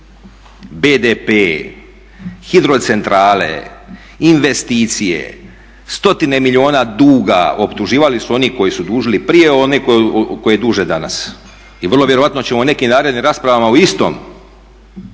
BDP, hidrocentrale, investicije, stotine milijuna duga, optuživali su oni koji su dužili prije one koji duže danas i vrlo vjerojatno ćemo u nekim narednim raspravama po istom